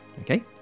Okay